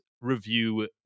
review